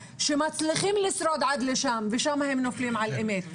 שמצליחים לשרוד עד לשם ושם הם נופלים על אמת.